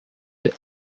the